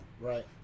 right